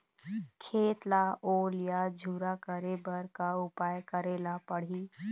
खेत ला ओल या झुरा करे बर का उपाय करेला पड़ही?